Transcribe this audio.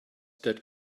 that